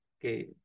okay